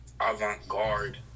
avant-garde